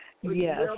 Yes